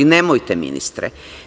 Nemojte ministre.